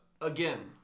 Again